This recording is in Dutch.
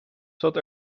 zat